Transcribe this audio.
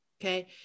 Okay